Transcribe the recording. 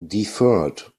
deferred